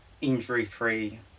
injury-free